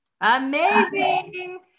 Amazing